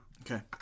Okay